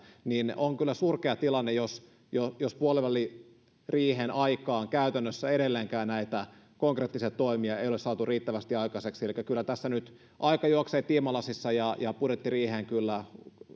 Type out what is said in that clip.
niin on kyllä surkea tilanne jos puoliväliriihen aikaan käytännössä edelleenkään näitä konkreettisia toimia ei ole saatu riittävästi aikaiseksi elikkä kyllä tässä nyt aika juoksee tiimalasissa ja ja budjettiriiheen kyllä